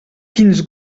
quins